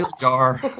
jar